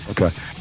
Okay